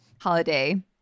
holiday